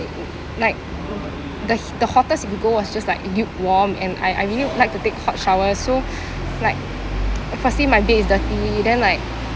like the hea~ the hottest you could go was just like lukewarm and I I really like to take hot showers so like if I see my bed is dirty then like